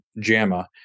JAMA